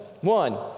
One